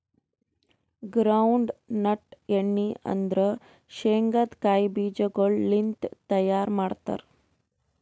ground nut ಎಣ್ಣಿ ಅಂದುರ್ ಶೇಂಗದ್ ಕಾಯಿ ಬೀಜಗೊಳ್ ಲಿಂತ್ ತೈಯಾರ್ ಮಾಡ್ತಾರ್